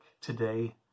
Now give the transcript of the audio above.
today